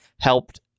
helped